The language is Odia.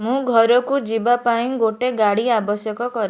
ମୁଁ ଘରକୁ ଯିବା ପାଇଁ ଗୋଟେ ଗାଡ଼ି ଆବଶ୍ୟକ କରେ